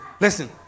listen